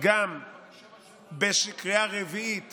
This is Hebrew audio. גם בקריאה רביעית